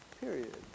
Period